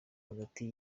hagati